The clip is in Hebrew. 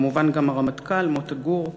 כמובן גם הרמטכ"ל מוטה גור.